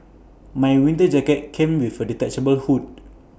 my winter jacket came with A detachable hood